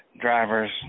drivers